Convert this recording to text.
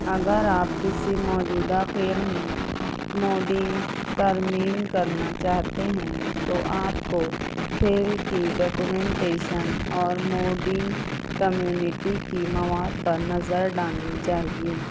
اگر آپ کسی موجودہ کھیل میں موڈنگ ترمیم کرنا چاہتے ہیں تو آپ کو کھیل کی ڈاکومینٹیشن اور موڈنگ کمیونٹی کی مواد پر نظر ڈالنی چاہیے